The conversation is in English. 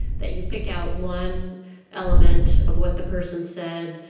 that you pick out one element of what the person said,